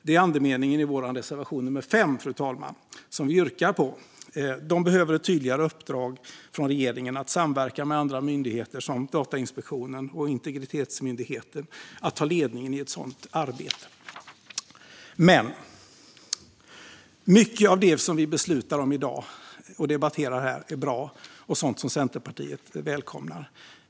Det är andemeningen i vår reservation 5, som jag yrkar bifall till, fru talman. De behöver ett tydligare uppdrag från regeringen att samverka med andra myndigheter, som Datainspektionen och Integritetsskyddsmyndigheten, och ta ledningen i ett sådant arbete. Mycket av det som vi debatterar och beslutar om i dag är bra och sådant som Centerpartiet välkomnar.